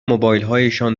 موبایلهایشان